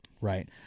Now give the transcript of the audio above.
Right